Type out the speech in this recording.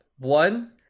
one